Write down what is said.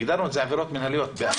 הגדרנו את זה עבירות מנהליות באכיפה.